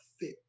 fit